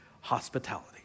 hospitality